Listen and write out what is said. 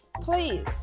please